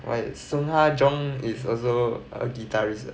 why sungha jung is also a guitarist ah